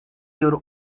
your